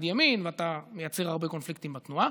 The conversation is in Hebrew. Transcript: ימין ואתה מייצר הרבה קונפליקטים בתנועה.